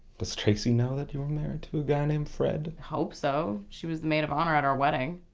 does traci know that you were married to a guy named fred? hope so. she was the maid of honor at our wedding.